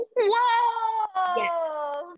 Whoa